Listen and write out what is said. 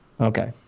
Okay